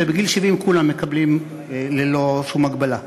ובגיל 70 כולם מקבלים ללא שום הגבלה.